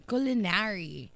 Culinary